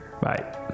Bye